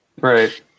Right